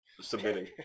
submitting